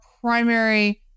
primary